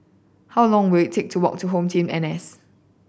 how long will it take to walk to HomeTeam N S